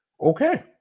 Okay